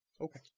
Okay